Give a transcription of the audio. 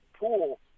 pool